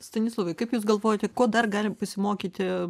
stanislovai kaip jūs galvojate ko dar galim pasimokyti